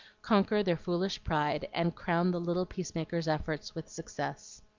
conquer their foolish pride, and crown the little peacemaker's efforts with success.